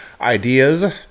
ideas